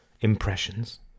impressions